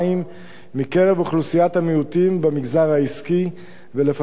מקרב אוכלוסיית המיעוטים במגזר העסקי ולפתח